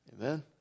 Amen